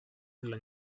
dla